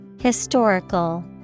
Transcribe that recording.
Historical